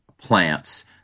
plants